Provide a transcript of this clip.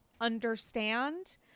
understand